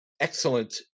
excellent